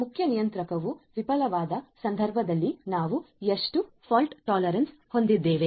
ಮುಖ್ಯ ನಿಯಂತ್ರಕವು ವಿಫಲವಾದ ಸಂದರ್ಭದಲ್ಲಿ ನಾವು ಎಷ್ಟು ದೋಷ ಸಹಿಷ್ಣುತೆಯನ್ನು ಹೊಂದಿದ್ದೇವೆ